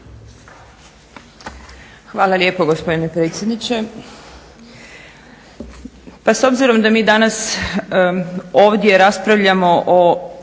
Hvala lijepa gospodine predsjedniče.